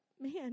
man